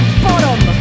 bottom